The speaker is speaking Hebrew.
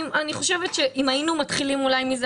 אני חושבת שאם היינו מתחילים אולי מזה,